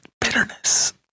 bitterness